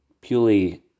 purely